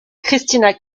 christina